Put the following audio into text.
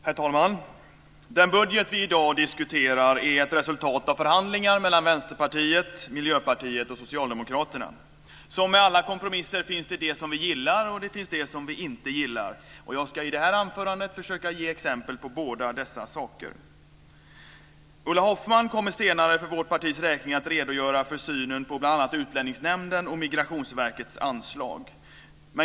Herr talman! Den budget som vi i dag diskuterar är ett resultat av förhandlingar mellan Vänsterpartiet, Miljöpartiet och Socialdemokraterna. Som med alla kompromisser finns det det som vi gillar och det som vi inte gillar. Jag ska i det här anförandet försöka ge exempel på båda dessa saker. Ulla Hoffmann kommer senare för vårt partis räkning att redogöra för synen på bl.a. Utlänningsnämnden och Migrationsverkets anslag.